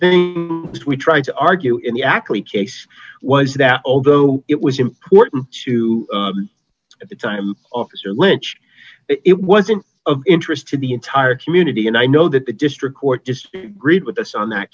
which we tried to argue in the acquis case was that although it was important to at the time officer lynch it wasn't of interest to the entire community and i know that the district court disagreed with us on that